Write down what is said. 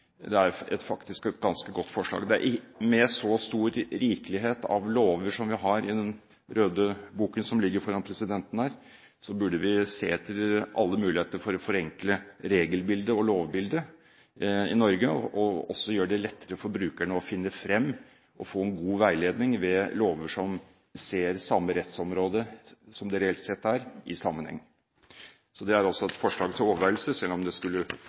det faktisk er et ganske godt forslag. Med så stor rikelighet av lover som vi har i den røde boken som ligger foran presidenten, burde vi se etter alle muligheter for å forenkle regel- og lovbildet i Norge og også gjøre det lettere for brukerne å finne frem og få god veiledning i de lover som ser samme rettsområde, som det reelt sett er, i sammenheng. Det er altså et forslag til overveielse. Selv om